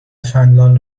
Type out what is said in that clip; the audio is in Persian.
فنلاند